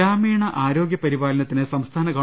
ഗ്രാമീണ ആരോഗൃ പരിപാലനത്തിന് സംസ്ഥാന ഗവ